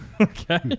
Okay